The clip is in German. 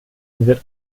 wird